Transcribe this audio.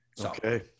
Okay